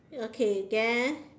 okay then